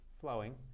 flowing